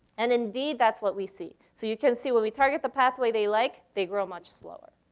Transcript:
and indeed, that's what we see. so you can see, when we target the pathway they like, they grow much slower.